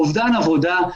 אבדן עבודה,